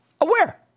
aware